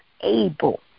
able